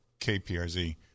KPRZ